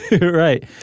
right